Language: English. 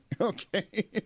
Okay